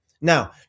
Now